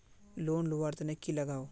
Loan लुवा र तने की लगाव?